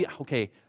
okay